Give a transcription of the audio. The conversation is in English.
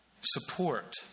Support